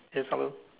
yes hello